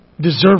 deserve